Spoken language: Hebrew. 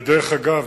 ודרך אגב,